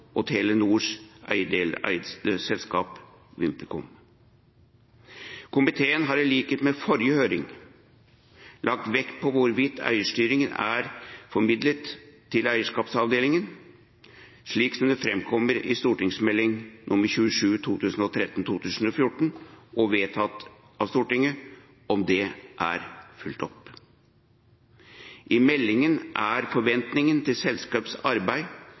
og Telenors deleierskap i VimpelCom. Komiteen har i likhet med i forrige høring lagt vekt på hvorvidt eierstyringen som er formidlet i eierskapsmeldingen, slik den framkommer i Meld. St. 27 for 2013–2014 og vedtatt av Stortinget, er fulgt opp. I meldingen er forventningen til